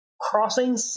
crossing